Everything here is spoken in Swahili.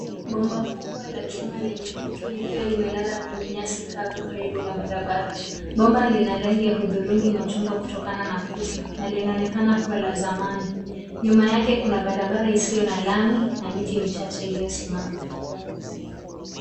Bomba kubwa la chuma lenye kutu likiwa limelala kwenye nyasi kavu karibu na barabara. Bomba lina rangi ya hudhurungi machungwa kutokana na kutu, na linaonekana kuwa la zamani. Nyuma yake kuna barabara isiyo na lami na miti michache iliyosimama.